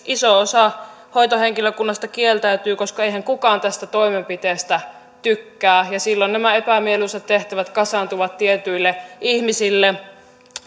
iso osa hoitohenkilökunnasta kieltäytyy koska eihän kukaan tästä toimenpiteestä tykkää ja silloin nämä epämieluisat tehtävät kasaantuvat tietyille ihmisille